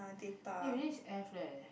eh really is F leh